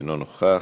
אינו נוכח,